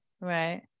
right